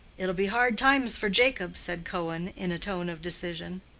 it'll be hard times for jacob, said cohen, in a tone of decision.